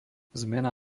zmena